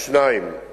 לגבי שאילתא